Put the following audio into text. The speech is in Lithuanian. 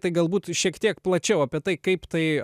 tai galbūt šiek tiek plačiau apie tai kaip tai